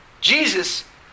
Jesus